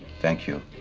thank you.